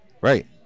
Right